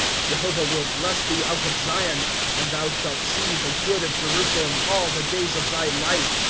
jehovah will bless thee out of zion and thou shalt see the good of jerusalem, all the days of thy life.